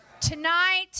tonight